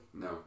No